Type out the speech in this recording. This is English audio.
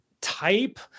type